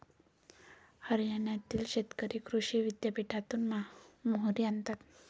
हरियाणातील शेतकरी कृषी विद्यापीठातून मोहरी आणतात